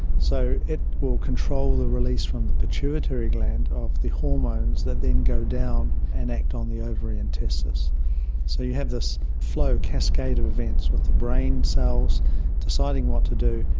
so it will control the release from the pituitary gland of the hormones that then go down and act on the ovary and testes. so you have this flow, cascade of events, with the brain cells deciding what to do,